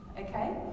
okay